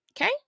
Okay